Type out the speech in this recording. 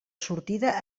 sortida